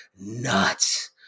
nuts